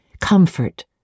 comfort